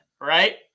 Right